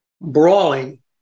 brawling